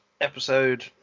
episode